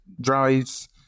drives